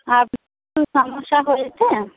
আর সমস্যা হয়েছে